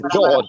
God